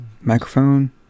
Microphone